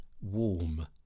warm